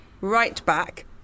right-back